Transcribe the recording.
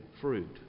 fruit